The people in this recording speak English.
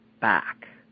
back